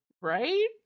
right